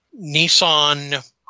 Nissan